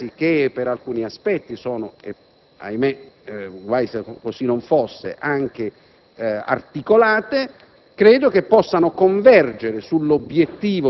delle valutazioni e delle analisi che per alcuni aspetti sono - ahimè, guai se così non fosse - anche articolate,